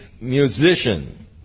musician